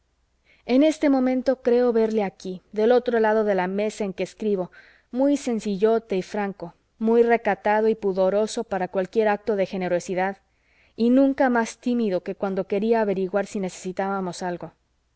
en este momento creo verle aquí del otro lado de la mesa en que escribo muy sencillote y franco muy recatado y pudoroso para cualquier acto de generosidad y nunca más tímido que cuando quería averiguar si necesitábamos algo